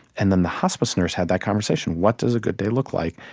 and then the hospice nurse had that conversation what does a good day look like?